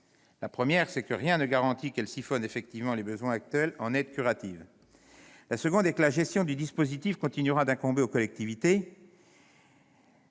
La première, c'est que rien ne garantit qu'elle « siphonne » effectivement les besoins actuels en aide curative. La seconde est que la gestion du dispositif continuera d'incomber aux collectivités.